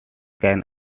can